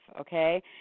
okay